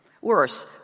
Worse